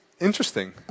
interesting